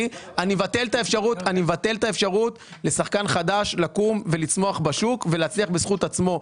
אני מבטל את האפשרות לשחקן חדש לקום ולצמוח בשוק ולהצליח בזכות עצמו.